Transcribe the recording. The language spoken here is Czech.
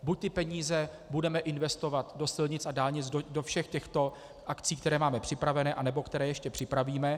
Buď ty peníze budeme investovat do silnic a dálnic, do všech těchto akcí, které máme připravené nebo které ještě připravíme.